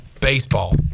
baseball